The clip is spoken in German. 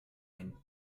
ein